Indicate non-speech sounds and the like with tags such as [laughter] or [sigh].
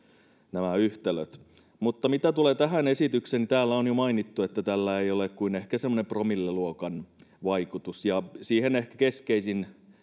nämä yhtälöt mitä tulee tähän esitykseen niin täällä on jo mainittu että tällä ei ole kuin ehkä semmoinen promilleluokan vaikutus ja siihen keskeisin [unintelligible]